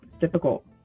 difficult